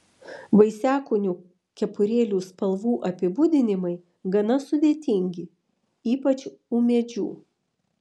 vaisiakūnių kepurėlių spalvų apibūdinimai gana sudėtingi ypač ūmėdžių